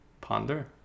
Ponder